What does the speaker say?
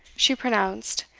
she pronounced,